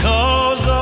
Cause